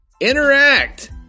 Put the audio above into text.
Interact